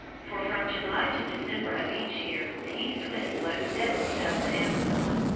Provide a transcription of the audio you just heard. for from july to december of each year the east wind blows steadily up the amazon,